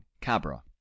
Cabra